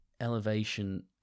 Elevation